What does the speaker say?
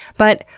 but,